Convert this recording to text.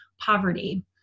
poverty